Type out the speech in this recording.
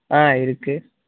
ஆ இருக்குது